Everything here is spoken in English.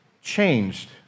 changed